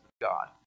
God